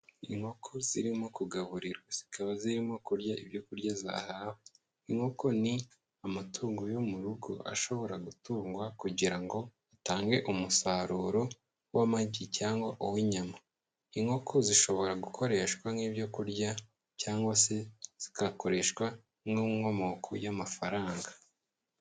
Inkoko zirimo kugaburirwa zikaba zirimo kurya ibyo kurya zahawe, inkoko ni amatungo yo mu rugo ashobora gutungwa kugira ngo atange umusaruro w'amagi cyangwa uw'inyama, inkoko zishobora gukoreshwa nk'ibyo kurya, cyangwa se zikakoreshwa nk'inkomoko y'amafaranga.